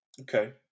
Okay